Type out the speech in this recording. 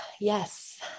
yes